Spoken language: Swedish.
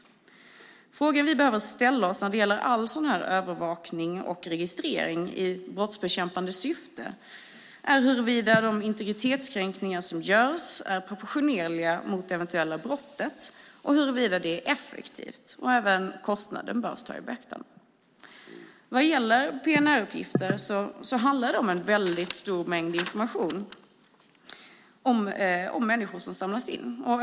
Den fråga vi behöver ställa oss när det gäller all sådan här övervakning och registrering i brottsbekämpningssyfte är huruvida de integritetskränkningar som görs är proportionerliga i förhållande till det eventuella brottet och huruvida det hela är effektivt. Även kostnaden bör tas i beaktande. När det gäller PNR-uppgifter handlar det om att en väldigt stor mängd information om människor samlas in.